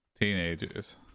teenagers